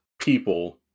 people